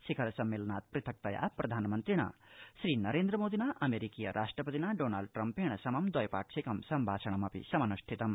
शिखर सम्मेलनात् पृथक्तया प्रधानमन्त्रिणा श्रीनरेन्द्रमोदिना अमेरिकीय राष्ट्रपतिना डोनाल्ड ट्रम्पेण समं द्वैपाक्षिकं सम्भाषणमपि समन्ष्टितम्